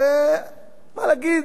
שמה נגיד,